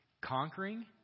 Conquering